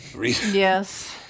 Yes